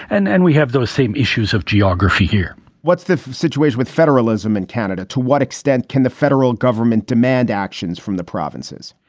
and and we have. those same issues of geography here what's the situation with federalism in canada? to what extent can the federal government demand actions from the provinces?